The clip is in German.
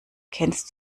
kennst